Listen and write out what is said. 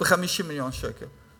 על 50 מיליון שקל.